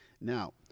now